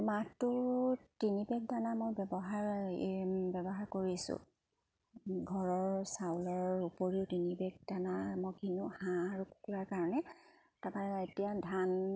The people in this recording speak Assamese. মাহটোত তিনি বেগ দানা মই ব্যৱহাৰ এই ব্যৱহাৰ কৰিছোঁ ঘৰৰ চাউলৰ উপৰিও তিনি বেগ দানা মই কিনো হাঁহ আৰু কুকুৰাৰ কাৰণে তাপা এতিয়া ধান